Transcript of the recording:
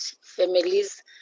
families